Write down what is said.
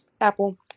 apple